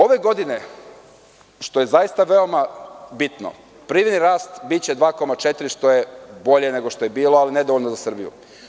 Ove godine, što je zaista veoma bitno, privredni rast biće 2,4 što je bolje nego što je bilo, ali nedovoljno za Srbiju.